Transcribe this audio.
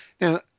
Now